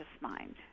mind